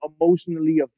emotionally